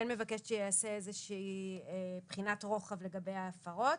מבקשת שתיעשה איזושהי בחינת רוחב לגבי ההפרות.